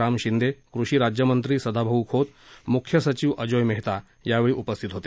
राम शिंदे कृषी राज्यमंत्री सदाभाऊ खोत मुख्य सचिव अजोय मेहता हे यावेळी उपस्थित होते